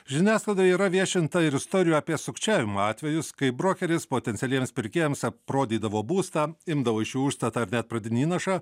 žiniasklaida yra viešinta ir istorijų apie sukčiavimo atvejus kai brokeris potencialiems pirkėjams aprodydavo būstą imdavo iš jų užstatą ar net pradinį įnašą